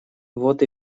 вот